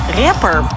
rapper